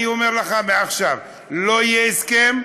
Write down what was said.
אני אומר לך מעכשיו: לא יהיה הסכם,